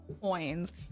coins